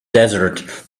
desert